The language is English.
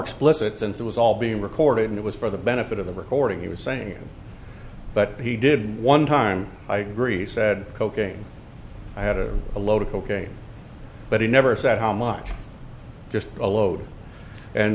explicit since it was all being recorded and it was for the benefit of the recording he was saying but he did one time i agree he said cocaine i had a a load of cocaine but he never said how much just a load and